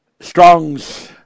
Strong's